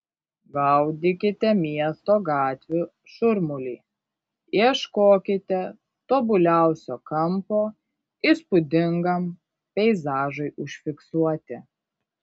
gaudykite miesto gatvių šurmulį ieškokite tobuliausio kampo įspūdingam peizažui užfiksuoti